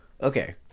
okay